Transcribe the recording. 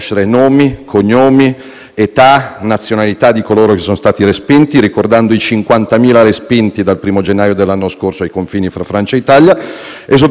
età e nazionalità di coloro che sono stati respinti, ricordando i 50.000 respinti dal 1° gennaio dell'anno scorso ai confini fra Francia e Italia e, soprattutto, non accettiamo lezioni,